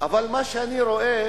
אבל מה שאני רואה